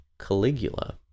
Caligula